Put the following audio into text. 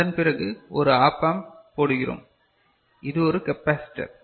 அதன் பிறகு ஒரு ஆப் ஆம்ப் போடுகிறோம் இது ஒரு கெப்பாசிட்டர்